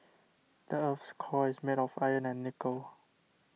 the earth's core is made of iron and nickel